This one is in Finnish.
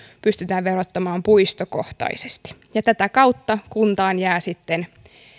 pystytään verottamaan puistokohtaisesti tätä kautta kuntaan jää sitten